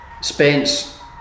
Spence